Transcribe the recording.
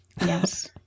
yes